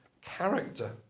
character